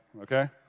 okay